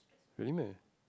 really meh